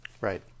Right